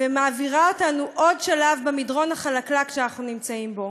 ומעבירה אותנו עוד שלב במדרון החלקלק שאנחנו נמצאים בו.